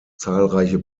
zahlreiche